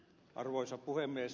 arvoisa puhemies